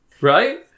right